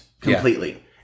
completely